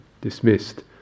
dismissed